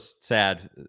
sad